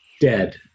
dead